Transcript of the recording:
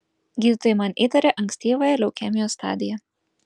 gydytojai man įtarė ankstyvąją leukemijos stadiją